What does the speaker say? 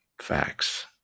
facts